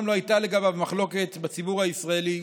לא הייתה לגביו מחלוקת בציבור הישראלי.